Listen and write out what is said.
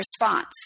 response